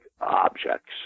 objects